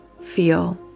feel